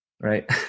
right